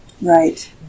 Right